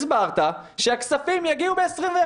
הסברת שהכספים יגיעו ב-2021.